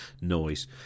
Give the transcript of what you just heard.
noise